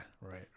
right